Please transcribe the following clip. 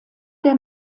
der